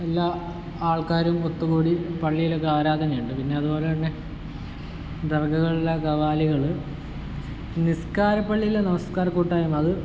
എല്ലാ ആൾക്കാരും ഒത്തുകൂടി പള്ളിയിലൊക്കെ ആരാധനയുണ്ട് പിന്നെ അതുപോലെതന്നെ ദർഗകളിലെ ഗവാലികള് നിസ്കാര പള്ളിയിലെ നമസ്കാര കൂട്ടായ്മ അത്